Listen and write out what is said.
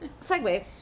segue